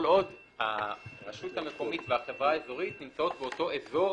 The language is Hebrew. כל עוד הרשות המקומית והחברה האזורית נמצאות באותו אזור,